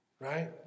Right